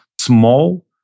small